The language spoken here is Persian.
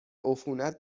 عفونت